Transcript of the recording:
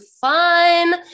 fun